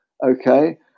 Okay